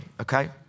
Okay